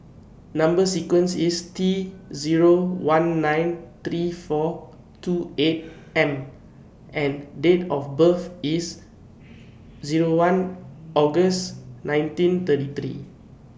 Number sequence IS T Zero one nine three four two eight M and Date of birth IS Zero one August nineteen thirty three